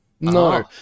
No